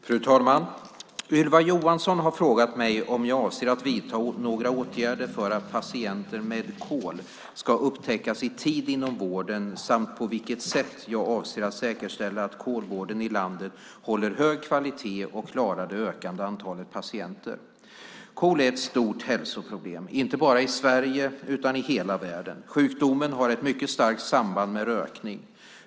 Fru talman! Ylva Johansson har frågat mig om jag avser att vidta några åtgärder för att patienter med KOL ska upptäckas i tid inom vården samt på vilket sätt jag avser att säkerställa att KOL-vården i landet håller hög kvalitet och klarar det ökande antalet patienter. KOL är ett stort hälsoproblem, inte bara i Sverige utan i hela världen. Sjukdomen har ett mycket starkt samband med rökning.